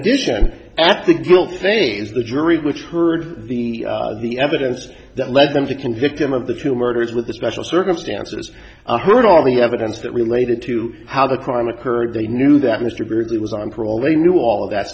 addition at the guilt phase the jury which heard the the evidence that led them to convict him of the two murders with the special circumstances i heard all the evidence that related to how the crime occurred they knew that mr beardsley was on parole they knew all of that